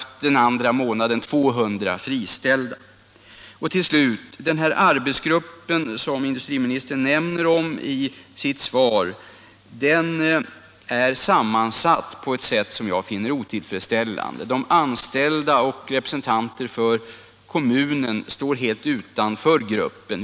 10 december 1976 Vad slutligen angår den arbetsgrupp som industriministern talar om i sitt svar finner jag den vara sammansatt på ett sätt som är helt otill Om åtgärder för att fredsställande. De anställda och kommunens representanter står helt = säkra sysselsättutanför gruppen.